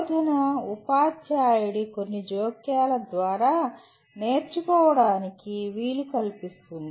బోధన ఉపాధ్యాయుడి కొన్ని జోక్యాల ద్వారా నేర్చుకోవటానికి వీలు కల్పిస్తుంది